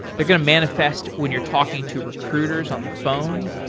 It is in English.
they're going to manifest when you're talking to recruiters on the phone,